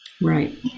Right